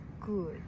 good